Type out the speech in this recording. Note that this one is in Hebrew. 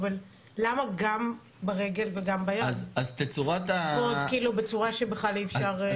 למה גם ברגל וגם ביד או בצורה שבכלל אי אפשר ---?